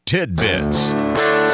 Tidbits